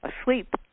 asleep